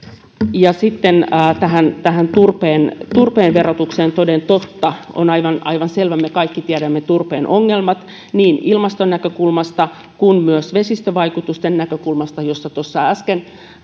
sitten tähän tähän turpeen turpeen verotukseen toden totta on aivan aivan selvää me kaikki tiedämme turpeen ongelmat niin ilmastonäkökulmasta kuin myös vesistövaikutusten näkökulmasta jota tuossa äsken